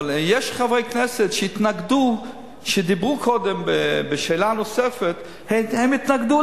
אבל יש חברי כנסת שהתנגדו ודיברו קודם בשאלה הנוספת והתנגדו